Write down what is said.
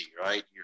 right